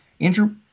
Andrew